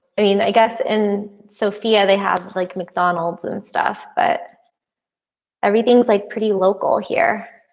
i mean i guess in sofia they have like mcdonald's and stuff but everything's like pretty local here.